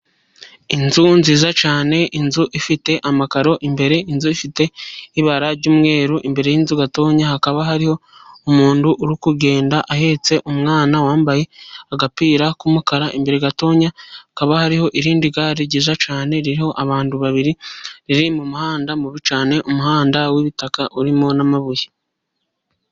Inzu nziza cyane inzu ifite amakaro imbere, inzu ifite ibara ry'umweru imbere y'inzu gatoya hakaba hariho umuntu uri kugenda ahetse umwana, wambaye agapira k'umukara, imbere gatoya kaba hariho irindi gare ryiza cyane ririho abantu babiri riri mu muhanda mubi cyane, umuhanda w'ibitaka urimo n'amabuye.